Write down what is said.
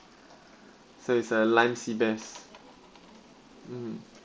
so it's a lime seabass mm